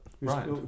Right